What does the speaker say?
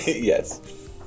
Yes